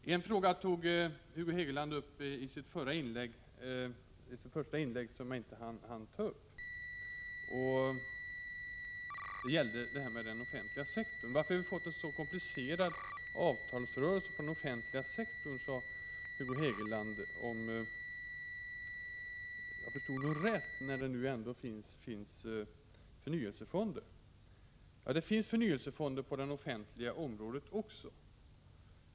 I sitt första inlägg tog Hugo Hegeland upp en fråga som jag inte hann beröra. Varför har vi fått en så komplicerad avtalsrörelse på den offentliga sektorn — sade Hugo Hegeland, om jag förstod honom rätt — när det nu ändå finns förnyelsefonder? Det finns förnyelsefonder också på det offentliga området.